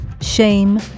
shame